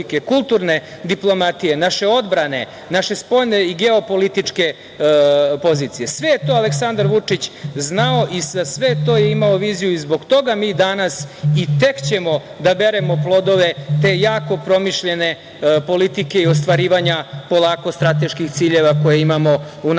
kulturne diplomatije, naše odbrane, naše spoljne i geopolitičke pozicije. Sve je to Aleksandar Vučić znao i za sve to je imao viziju i zbog toga mi danas, i tek ćemo da beremo plodove te jako promišljene politike i ostvarivanja polako strateških ciljeva koje imamo u narednom